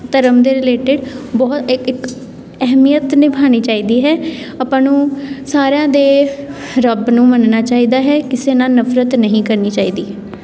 ਧਰਮ ਦੇ ਰਿਲੇਟਿਡ ਬਹੁ ਇੱਕ ਇੱਕ ਅਹਿਮੀਅਤ ਨਿਭਾਉਣੀ ਚਾਹੀਦੀ ਹੈ ਆਪਾਂ ਨੂੰ ਸਾਰਿਆਂ ਦੇ ਰੱਬ ਨੂੰ ਮੰਨਣਾ ਚਾਹੀਦਾ ਹੈ ਕਿਸੇ ਨਾਲ ਨਫ਼ਰਤ ਨਹੀਂ ਕਰਨੀ ਚਾਹੀਦੀ